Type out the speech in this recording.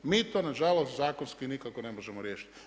Mi to nažalost, zakonski nikako ne možemo riješiti.